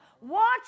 Watch